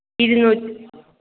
ഇരുനൂറ്റി